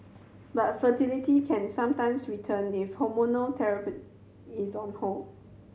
but fertility can sometimes return if hormonal therapy is on hold